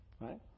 right